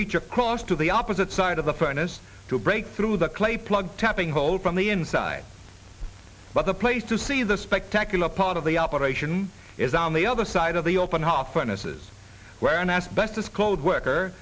reach across to the opposite side of the furnace to break through the clay plug tapping hole from the inside but the place to see the spectacular part of the operation is on the other side of the open how often this is where an asbestos called worker